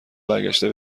برگشته